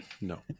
No